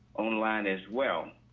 online as well.